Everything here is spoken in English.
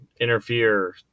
interfere